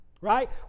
Right